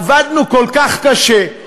עבדנו כל כך קשה,